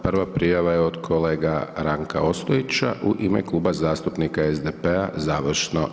Prva prijava je od kolega Ranka Ostojića u ime Kluba zastupnika SDP-a završno.